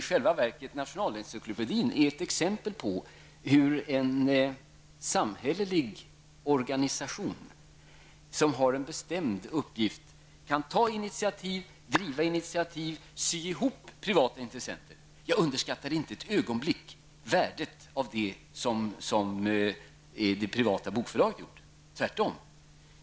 I själva verket är Nationalencyklopedin ett exempel på hur en samhällelig organisation som har en bestämd uppgift kan ta initiativ, driva initiativ och sy ihop privata intressen. Jag underskattar inte ett ögonblick värdet av det som det privata bokförlaget har gjort -- tvärtom.